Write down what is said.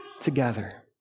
together